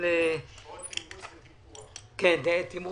בנושא תמרוץ וטיפוח.